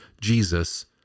Jesus